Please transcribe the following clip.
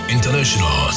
International